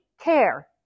care